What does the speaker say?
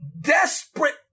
desperate